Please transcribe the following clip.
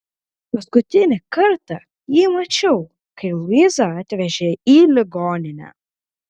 paskutinį kartą jį mačiau kai luizą atvežė į ligoninę